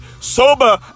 sober